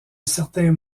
certains